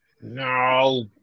No